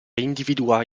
individuare